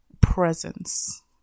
Presence